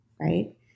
right